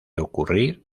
ocurrir